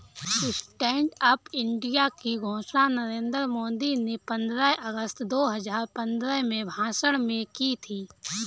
stand up India की घोषणा नरेंद्र मोदी ने पंद्रह अगस्त दो हजार पंद्रह में भाषण में की थी